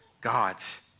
God's